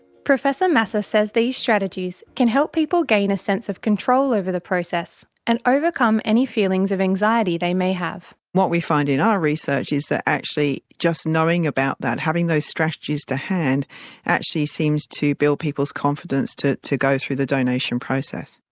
professor masser says these strategies can help people gain a sense of control over the process and overcome any feelings of anxiety they may have. what we find in our research is that actually just knowing about that, having those strategies to hand actually seems to build people's confidence to to go through the donation process.